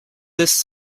this